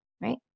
Right